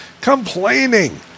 complaining